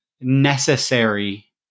necessary